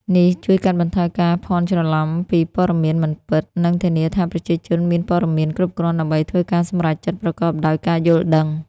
នេះជួយកាត់បន្ថយការភ័ន្តច្រឡំពីព័ត៌មានមិនពិត និងធានាថាប្រជាជនមានព័ត៌មានគ្រប់គ្រាន់ដើម្បីធ្វើការសម្រេចចិត្តប្រកបដោយការយល់ដឹង។